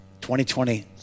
2020